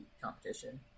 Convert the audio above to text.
competition